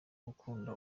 gukunda